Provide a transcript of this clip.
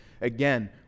again